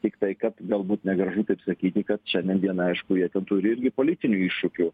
tiktai kad galbūt negražu taip sakyti kad šiandien aišku jie ten turi irgi politinių iššūkių